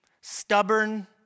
stubborn